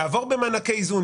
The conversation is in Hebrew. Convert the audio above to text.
יעבור במענקי איזון?